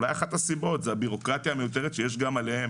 אולי אחת הסיבות היא הבירוקרטיה המיותרת שיש עליהם